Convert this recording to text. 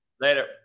Later